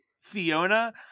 Fiona